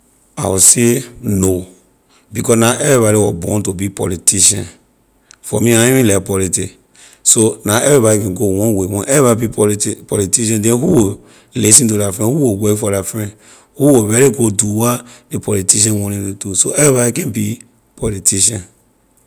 I will say no because na everybody was born to be politician for me I na even like politic so na everybody can go one way when everybody be politic politician then who will listen to la friend who will work for la friend who will really go do what ley politician want neh to so everybody can’t be politician.